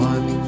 One